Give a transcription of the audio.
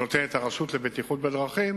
לצד התקציב שהרשות לבטיחות בדרכים